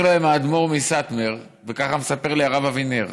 אומר להם האדמו"ר מסאטמר, וכך מספר לי הרב אבינר: